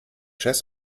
jazz